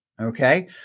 Okay